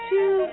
Two